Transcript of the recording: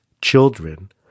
children